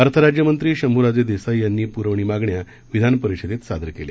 अर्थ राज्यमंत्री शंभूराजे देसाई यांनी पुरवणी मागण्या विधानपरिषदेत सादर केल्या